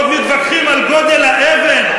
ועוד מתווכחים על גודל האבן,